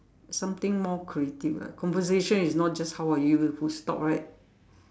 something more creative lah conversation is not just how are you full stop right